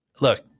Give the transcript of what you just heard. look